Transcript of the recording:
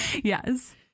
Yes